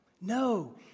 No